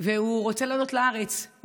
והוא רוצה לעלות לארץ.